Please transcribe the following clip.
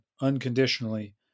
unconditionally